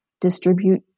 distribute